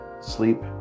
sleep